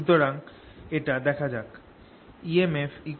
সুতরাং এটা দেখা যাক